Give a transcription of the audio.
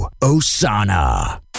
Osana